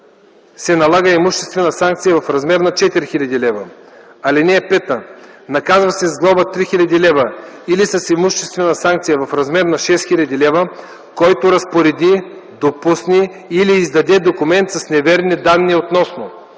се налага имуществена санкция в размер 4 хил. лв. (5) Наказва се с глоба 3 хил. лв. или с имуществена санкция в размер 6 хил. лв., който разпореди, допусне или издаде документ с неверни данни, относно: